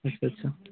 আচ্ছা আচ্ছা